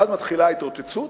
אז מתחילה ההתרוצצות.